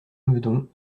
meudon